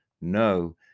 No